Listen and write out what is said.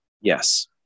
yes